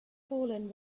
fallen